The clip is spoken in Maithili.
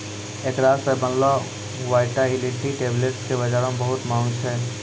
एकरा से बनलो वायटाइलिटी टैबलेट्स के बजारो मे बहुते माँग छै